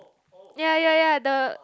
ya ya ya the